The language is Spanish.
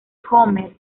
homer